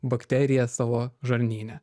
bakteriją savo žarnyne